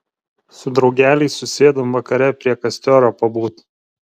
su draugeliais susėdom vakare prie kastioro pabūt